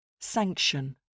Sanction